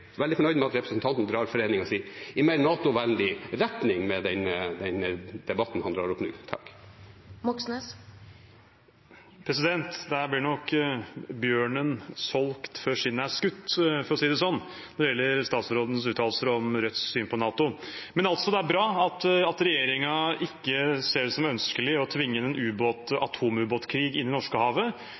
veldig fornøyd med at representanten drar foreningen sin i en mer NATO-vennlig retning med den debatten han drar opp nå. Der ble nok skinnet solgt før bjørnen var skutt, for å si det sånn, når det gjelder statsrådens uttalelser om Rødts syn på NATO. Det er bra at regjeringen ikke ser det som ønskelig å tvinge en atomubåtkrig inn i